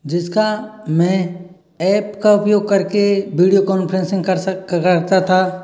जिसका मैं एप का उपयोग कर के वीडियो कॉन्फ़्रेंसिंग कर करता था